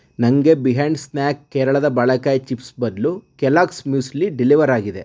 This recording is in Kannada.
ನನಗೆ ಬಿಯಾಂಡ್ ಸ್ನ್ಯಾಕ್ ಕೇರಳದ ಬಾಳೇಕಾಯಿ ಚಿಪ್ಸ್ ಬದಲು ಕೆಲಾಗ್ಸ್ ಮ್ಯೂಸ್ಲಿ ಡೆಲಿವರ್ ಆಗಿದೆ